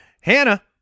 hannah